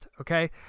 Okay